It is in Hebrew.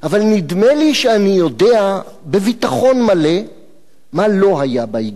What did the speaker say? אבל נדמה לי שאני יודע בביטחון מלא מה לא היה באיגרת.